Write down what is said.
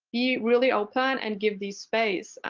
be really open and give the space.